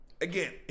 Again